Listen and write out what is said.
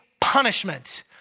punishment